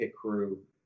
crew